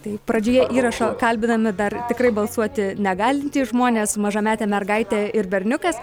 tai pradžioje įrašo kalbinami dar tikrai balsuoti negalintys žmonės mažametė mergaitė ir berniukas